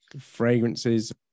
Fragrances